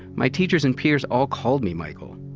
my teachers and peers all called me michael.